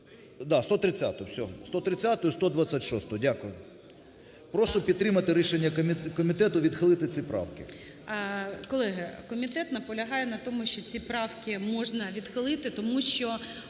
Да, 130-у. Все. 130-у і 126-у. Дякую. Прошу підтримати рішення комітету відхилити ці правки. ГОЛОВУЮЧИЙ. Колеги, комітет наполягає на тому, що ці правки можна відхилити, тому що